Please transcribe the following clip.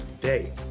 day